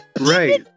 Right